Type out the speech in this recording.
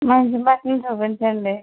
మంచి బట్టలు చూపించండి